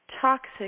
toxic